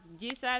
Jesus